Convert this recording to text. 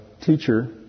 teacher